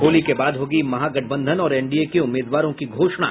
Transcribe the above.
होली के बाद होगी महागठबंधन और एनडीए के उम्मीदवारों की घोषणा